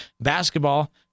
Basketball